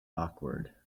awkward